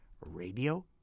Radio